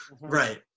Right